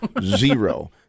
Zero